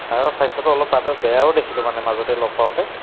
ছাৰৰ স্বাস্থ্যটো অলপ তাতে বেয়াও দেখিলো মানে মাজতে লগ পাওঁতে